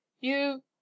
You